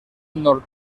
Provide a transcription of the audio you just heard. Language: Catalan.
nord